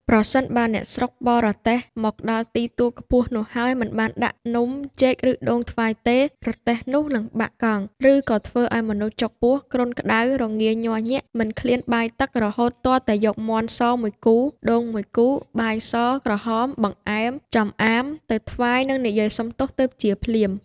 ប្រសិនបើអ្នកស្រុកបររទេះមកដល់ទីទួលខ្ពស់នោះហើយមិនបានដាក់នំចេក ឬដូងថ្វាយទេ រទេះនោះនឹងបាក់កង់ ឬក៏ធ្វើឲ្យមនុស្សចុកពោះ គ្រុនក្ដៅ រងាញ័រញាក់ មិនឃ្លានបាយទឹក រហូតទាល់តែយកមាន់សមួយគូ ដូងមួយគូ បាយស-ក្រហម បង្អែម ចំអាម ទៅថ្វាយ និងនិយាយសុំទោស ទើបជាភ្លាម ។